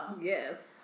Yes